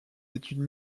études